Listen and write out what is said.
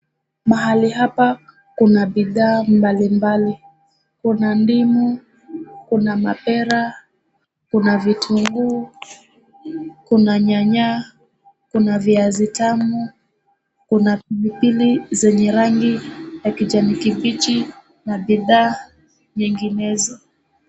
Mahali hapa kuna bidhaa mbalimbali: kuna ndimu, kuna mapera, kuna vitunguu, kuna nyanya, kuna viazi tamu, kuna pilipili zenye rangi ya kijani kibichi na bidhaa nyinginezo.